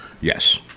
Yes